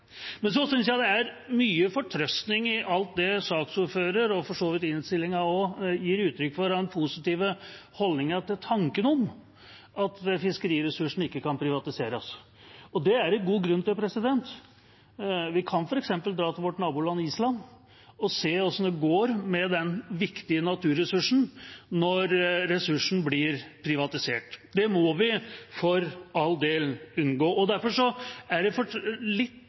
Det er mye fortrøstning i alt det saksordføreren og for så vidt også innstillingen gir uttrykk for, den positive holdningen til tanken om at fiskeressursene ikke kan privatiseres. Det er det god grunn til. Vi kan f.eks. dra til vårt naboland Island og se hvordan det går med denne viktige naturressursen når den blir privatisert. Det må vi for all del unngå. Derfor er det litt